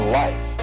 life